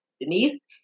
Denise